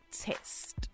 test